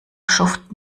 schuften